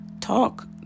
Talk